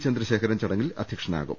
ചന്ദ്രശേഖരൻ ചടങ്ങിൽ അധ്യക്ഷനാകും